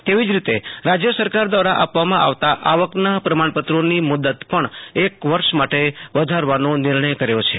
તેવી જ રીતે રાજ્ય સરકાર દ્વારા આપવામાં આવતા આવકના પ્રમાણપત્રોની મુદ્દત પણ એક વર્ષ માટે વધારવાનો નિર્ણય કર્યો છે